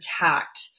attacked